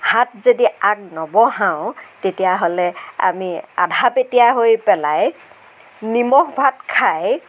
হাত যদি আগনবঢ়াওঁ তেতিয়া হ'লে আমি আধাপেটীয়া হৈ পেলাই নিমখ ভাত খাই